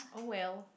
oh well